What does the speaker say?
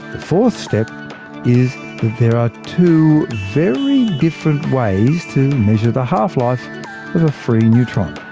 the fourth step is that there are two very different ways to measure the half-life of a free neutron.